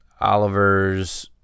Oliver's